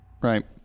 Right